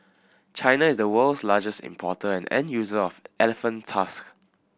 China is the world's largest importer and end user of elephant tusks